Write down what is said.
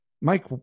Mike